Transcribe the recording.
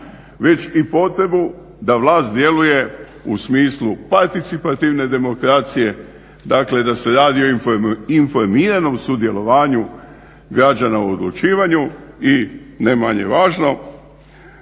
već i potrebu da vlast djeluje u smislu participativne demokracije. Dakle da se radi o informiranom sudjelovanju građana u odlučivanju i ne manje važno